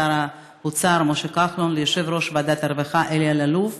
לשר האוצר משה כחלון וליושב-ראש ועדת הרווחה אלי אלאלוף,